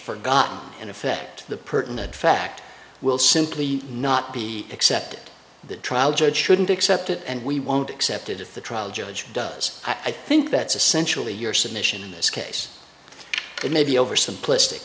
forgotten in effect the pertinent fact will simply not be accepted the trial judge shouldn't accept it and we won't accept it if the trial judge does i think that's essentially your submission in this case it may be over simplistic